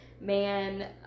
man